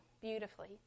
beautifully